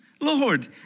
Lord